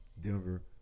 Denver